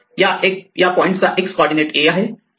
या पॉईंटचा X coordinate a आहे आणि Y कॉर्डीनेट b आहे